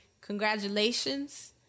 Congratulations